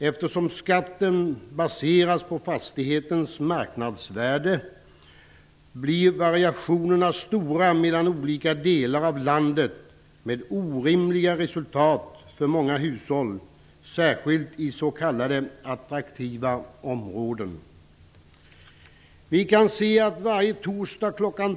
Eftersom skatten baseras på fastighetens marknadsvärde blir variationerna stora mellan olika delar av landet, med orimliga resultat för många hushåll, särskilt i s.k. attraktiva områden. Varje torsdag kl.